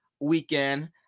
weekend